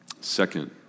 Second